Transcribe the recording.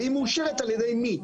ואם היא מאושרת, על ידי מי?